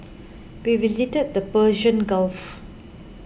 we visited the Persian Gulf